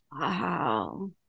Wow